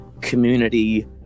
community